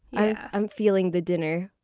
i'm feeling the dinner.